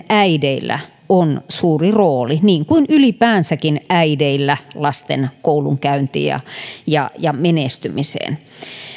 äideillä on suuri rooli niin kuin ylipäänsäkin äideillä lasten koulunkäyntiin ja ja menestymiseen